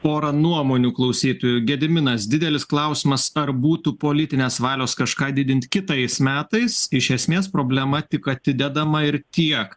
porą nuomonių klausytojų gediminas didelis klausimas ar būtų politinės valios kažką didint kitais metais iš esmės problema tik atidedama ir tiek